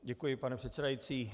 Děkuji, pane předsedající.